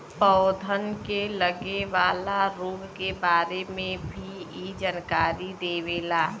पौधन के लगे वाला रोग के बारे में भी इ जानकारी देवला